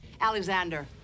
Alexander